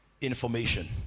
information